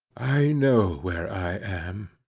i know where i am,